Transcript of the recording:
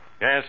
Yes